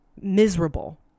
miserable